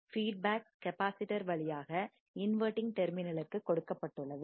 beat back capacitor வழியாக inverting terminal க்கு கொடுக்கப்பட்டுள்ளது